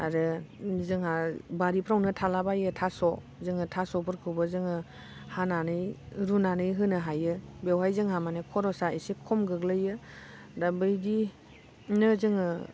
आरो जोंहा बारिफ्रावनो थालाबायो थास' जोङो थास'फोरखौबो जोङो हानानै रुनानै होनो हायो बेवहाय जोंहा माने खर'सा एसे खम गोग्लैयो दा बैदिनो जोङो